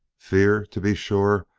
fear, to be sure,